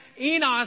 Enos